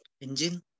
Engine